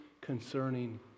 concerning